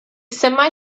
semi